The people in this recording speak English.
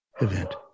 event